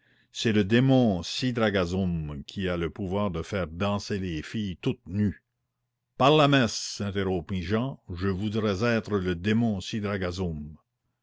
c'est le démon sidragasum qui a le pouvoir de faire danser les filles toutes nues par la messe interrompit jehan je voudrais être le démon